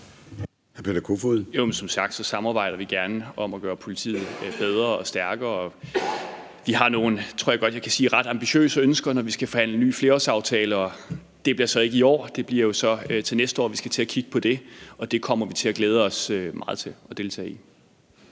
Som sagt samarbejder vi gerne om at gøre politiet bedre og stærkere. Vi har nogle, tror jeg godt jeg kan sige, ret ambitiøse ønsker, når vi skal forhandle ny flerårsaftale. Det bliver så ikke i år. Det bliver jo så til næste år, vi skal til at kigge på det, og det kommer vi til at glæde os meget til at deltage i.